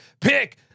Pick